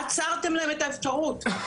עצרתם להם את האפשרות,